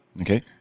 Okay